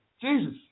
Jesus